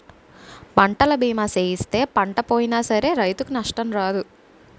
పంటల బీమా సేయిస్తే పంట పోయినా సరే రైతుకు నష్టం రాదు